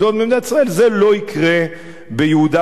זה לא יקרה ביהודה ושומרון.